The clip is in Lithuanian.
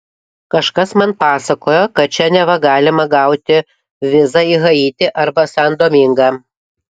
kažkas man pasakojo kad čia neva galima gauti vizą į haitį arba san domingą